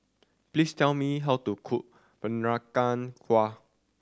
please tell me how to cook Peranakan Kueh